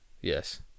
Yes